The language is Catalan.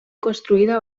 construïda